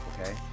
Okay